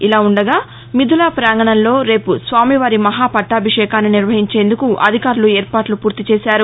ఇలావుండగా మిథులా పాంగణంలో రేపు స్వామివారి మహాపట్టాభిషేకాన్ని నిర్వహించేందుకు అధికారులు ఏర్పాట్ల పూర్తి చేశారు